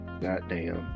goddamn